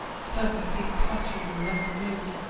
some were seen tottering along the road,